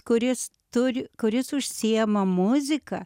kuris turi kuris užsiima muzika